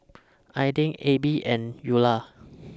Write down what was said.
Aidyn Abie and Ula